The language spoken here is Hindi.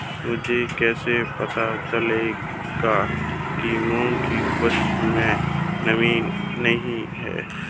मुझे कैसे पता चलेगा कि मूंग की उपज में नमी नहीं है?